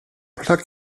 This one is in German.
plug